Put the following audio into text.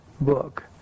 book